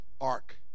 ark